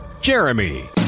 jeremy